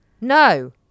No